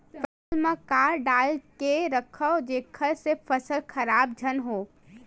फसल म का डाल के रखव जेखर से फसल खराब झन हो?